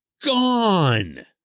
gone